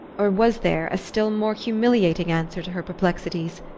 or was there a still more humiliating answer to her perplexities?